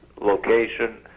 location